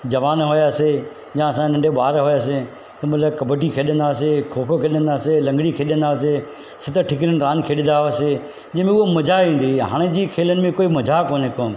जवानु हुयासीं या असां नंढे ॿार हुयासीं तंहिं महिल कबडी खेॾंदा हुआसीं खो खो खेॾंदा हुआसीं लंॻड़ी खेॾंदा हुआसीं सत ठिकरियूं रांदि खेॾंदा हुआसीं जंहिंमें उहो मज़ा ईंदी हाणे जीअं खेलनि में कोई मज़ा कोन्हे को